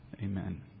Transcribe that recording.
Amen